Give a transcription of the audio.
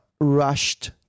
rushed